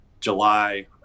July